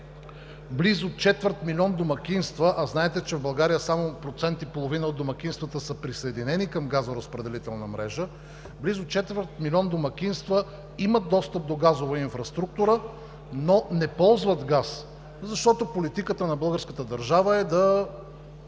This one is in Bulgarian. близо четвърт милион домакинства, а знаете, че в България само процент и половина от домакинствата са присъединени към газоразпределителна мрежа, имат достъп до газова инфраструктура, но не ползват газ, защото политиката на българската държава е да